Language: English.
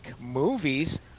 movies